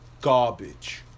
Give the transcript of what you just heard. garbage